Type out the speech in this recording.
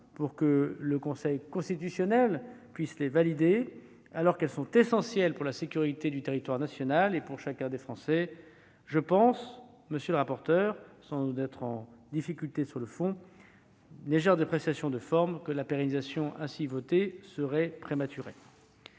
pour que le Conseil constitutionnel puisse les valider, alors qu'elles sont essentielles pour la sécurité du territoire national et pour chacun des Français, j'estime, monsieur le rapporteur, sans vous mettre en difficulté sur le fond, mais en exprimant une légère réserve sur la forme, que la pérennisation ainsi votée serait prématurée.